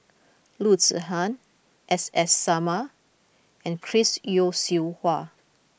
Loo Zihan S S Sarma and Chris Yeo Siew Hua